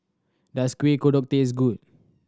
does Kuih Kodok taste good